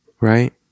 right